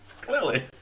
Clearly